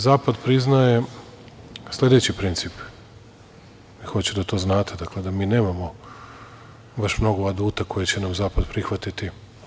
Zapad priznaje sledeći princip, hoću da to znate, dakle, da mi nemamo baš mnogo aduta koje će nam zapad prihvatiti.